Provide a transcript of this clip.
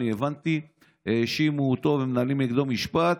אני הבנתי שהאשימו אותו ומנהלים נגדו משפט,